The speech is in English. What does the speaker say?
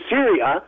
Syria